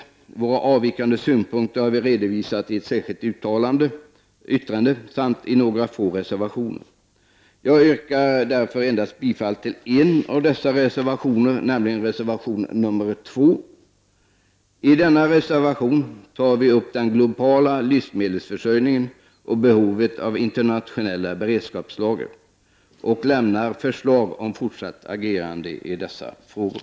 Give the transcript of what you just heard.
Vi har redovisat våra avvikande synpunkter i ett särskilt yttrande och i några få reservationer. Jag yrkar därför bifall endast till en av dessa reservationer, nämligen reservation 2. I denna reservation tar vi upp den globala livsmedelsförsörjningen och behovet av internationella beredskapslager, och vi lämnar också förslag om det fortsatta agerandet i dessa frågor.